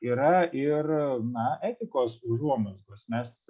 yra ir na etikos užuomazgos mes